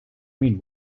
boy